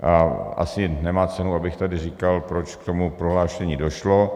A asi nemá cenu, abych tady říkal, proč k tomu prohlášení došlo.